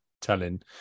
telling